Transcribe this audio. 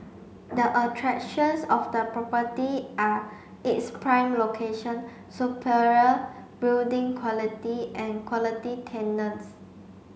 the attractions of the property are its prime location superior building quality and quality tenants